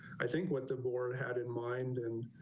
i think what the board had in mind and